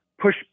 push